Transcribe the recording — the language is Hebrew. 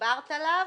שדיברת עליו.